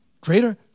Greater